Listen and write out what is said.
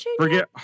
forget